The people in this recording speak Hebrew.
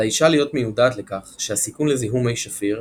על האישה להיות מיודעת לכך שהסיכון לזיהום מי שפיר,